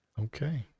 Okay